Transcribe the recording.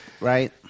Right